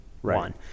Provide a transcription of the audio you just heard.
one